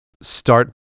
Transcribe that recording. start